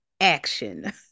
action